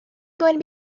going